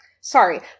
Sorry